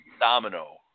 domino